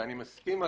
ואני מסכים אגב,